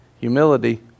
humility